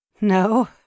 No